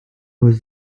was